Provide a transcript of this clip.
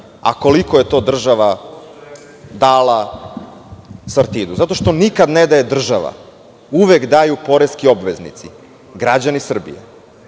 a koliko je to država dala Sartidu? Zato što nikad ne daje država, uvek daju poreski obveznici, građani Srbije.